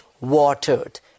watered